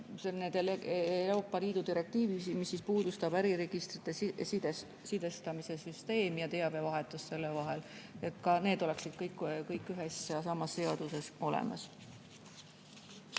selle Euroopa Liidu direktiivi, mis puudutab äriregistrite sidestamissüsteemi ja teabevahetust selle vahel, et ka need oleksid kõik ühes ja samas seaduses olemas.